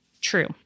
true